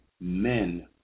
men